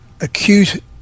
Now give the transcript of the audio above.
acute